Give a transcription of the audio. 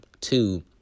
Two